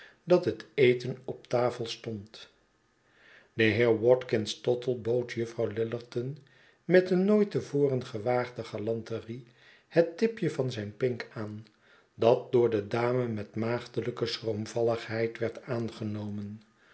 dat het eten op tafel stond de heer watkins tottle bood juffrouw lillerton met een nooit te voren gewaagde galanterie het tipje van zijn pink aan dat door de dame met maagdelijke schroomvalligheid werd aangenomen